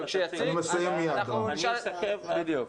אני אסכם ואז --- בדיוק,